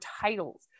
titles